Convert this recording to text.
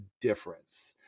difference